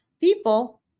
people